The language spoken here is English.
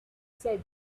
said